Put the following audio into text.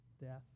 death